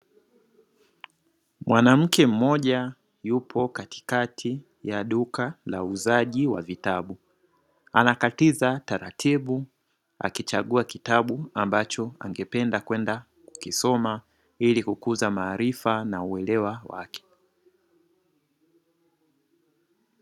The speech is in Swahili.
Mwanamke mmoja yupo katikati ya duka la uuzaji wa vitabu, anakatiza taratibu akichagua kitabu ambacho angependa kwenda kukisoma ili kukuza maarifa na uelewa wake.